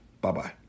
Bye-bye